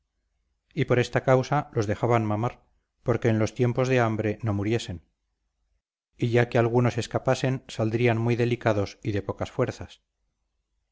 y por esta causa los dejaban mamar porque en los tiempos de hambre no muriesen y ya que algunos escapasen saldrían muy delicados y de pocas fuerzas